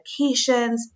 medications